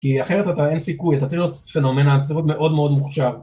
כי אחרת אתה אין סיכוי, אתה צריך להיות פנומנל, צריך להיות מאוד מאוד מוכשר